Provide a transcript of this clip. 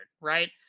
right